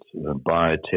biotech